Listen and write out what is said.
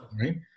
Right